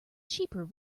cheaper